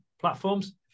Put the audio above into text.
platforms